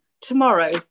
tomorrow